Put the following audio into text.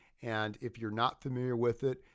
and if you're not familiar with it,